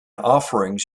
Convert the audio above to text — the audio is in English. offerings